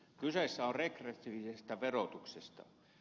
kyse on regressiivisestä verotuksesta